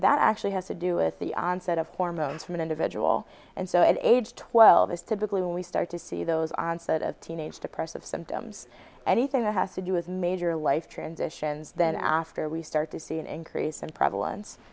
that actually has to do with the onset of hormones from an individual and so at age twelve is typically when we start to see those onset of teenage depressive symptoms anything that has to do with major life transitions then after we start to see an increase and prevalence